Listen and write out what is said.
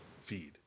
feed